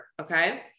okay